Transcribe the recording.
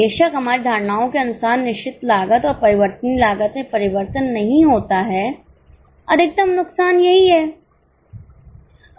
बेशक हमारी धारणाओं के अनुसार निश्चित लागत और परिवर्तनीय लागत में परिवर्तन नहीं होता है अधिकतम नुकसान यही है